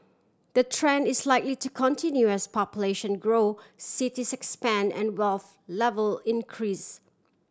the trend is likely to continue as population grow cities expand and wealth level increase